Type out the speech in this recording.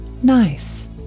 Nice